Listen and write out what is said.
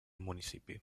municipi